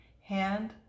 hand